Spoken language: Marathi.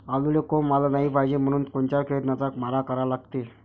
आलूले कोंब आलं नाई पायजे म्हनून कोनच्या किरनाचा मारा करा लागते?